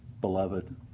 beloved